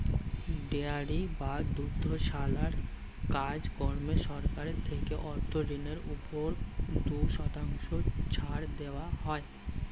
dairy বা দুগ্ধশালার কাজ কর্মে সরকার থেকে অর্থ ঋণের উপর দুই শতাংশ ছাড় দেওয়া হয়